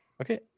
Okay